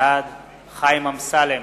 בעד חיים אמסלם,